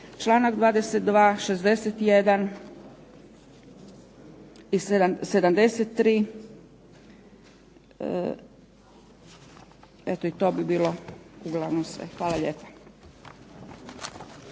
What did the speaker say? članak 22., 61. i 73., eto to bi bilo uglavnom sve. Hvala lijepa.